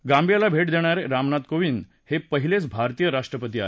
गांबियाला भेट देणारे रामनाथ कोविंद हे पहिलेच भारतीय राष्ट्रपती आहेत